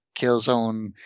Killzone